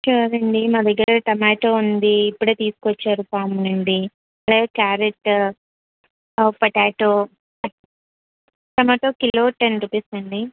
కాదండి మా దగ్గర టమాటో ఉంది ఇప్పుడు తీసుకు వచ్చారు ఫామ్ నుండి లేదు carrot potato tomato kilo ten rupees అండి